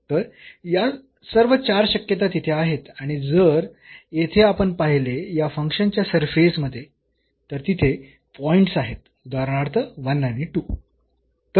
तर या सर्व चार शक्यता तिथे आहेत आणि जर येथे आपण पाहिले या फंक्शनच्या सरफेस मध्ये तर तिथे पॉईंट्स आहेत उदाहरणार्थ 1 आणि 2